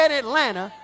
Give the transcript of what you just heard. Atlanta